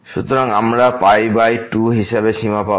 সুতরাং আমরা pi by 2 হিসাবে সীমা পাব